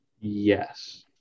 Yes